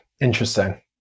Interesting